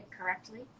correctly